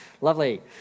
Lovely